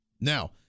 Now